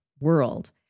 world